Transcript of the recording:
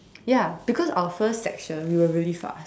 ya because our first section we were really fast